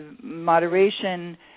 moderation